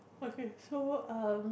okay so um